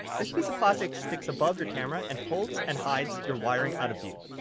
this piece of plastic sticks above your camera and holds and hides your wiring out of view.